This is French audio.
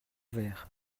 verre